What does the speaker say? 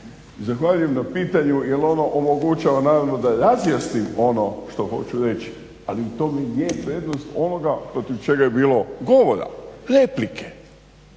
Zahvaljujem na pitanju jer ono omogućava naravno da razjasnim ono što hoću reći, ali u tome i je prednost onoga protiv čega je bilo govora, replike.